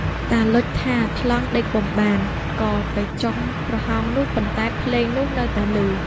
តាឡុចថាថ្លង់ដេកពុំបាន ក៏ទៅចុងប្រហោងនោះ ប៉ុន្តែភ្លេងនោះនៅតែឮ។